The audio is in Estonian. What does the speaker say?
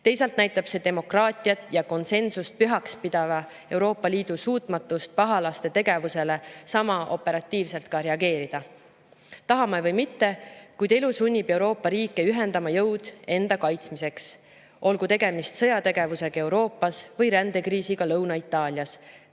Teisalt näitab see demokraatiat ja konsensust pühaks pidava Euroopa Liidu suutmatust pahalaste tegevusele sama operatiivselt reageerida. Tahame või mitte, kuid elu sunnib Euroopa riike ühendama jõud enda kaitsmiseks, olgu tegemist sõjategevusega Euroopas või rändekriisiga Lõuna-Itaalias.